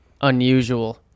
Unusual